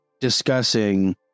discussing